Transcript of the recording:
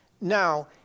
Now